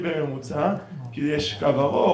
כי יש קו ארוך,